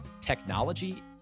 technology